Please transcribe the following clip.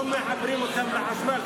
לא מחברים אותם לחשמל,